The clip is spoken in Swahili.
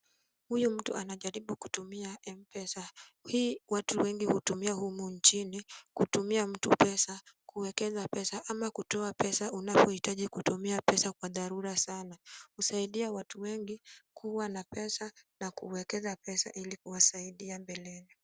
Huyu mtu anajaribu kutumia M-Pesa. Hii watu wengi hutumia humu nchini kutumia mtu pesa, kuwekeza pesa ama kutoa pesa unapohitaji kutumia pesa kwa dharura sana. Husaidia watu wengi kuwa na pesa na kuwekeza pesa ili kuwasaidia mbeleni.